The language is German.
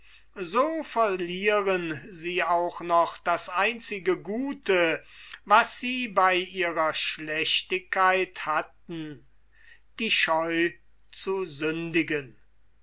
so verlieren sie auch noch das einzige gute was sie bei ihrer schlechtigkeit hatten die scheu zu sündigen